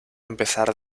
empezar